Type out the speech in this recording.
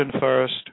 first